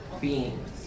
beings